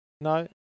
no